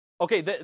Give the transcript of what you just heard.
Okay